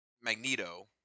Magneto